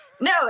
No